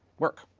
work.